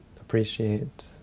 appreciate